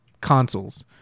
consoles